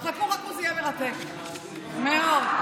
אבל אתם עושים דווקא לעם ישראל ומרחיקים אותו.